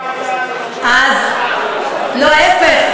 איזה נחמד, כששולחים את הפקידים הביתה, לא, ההפך.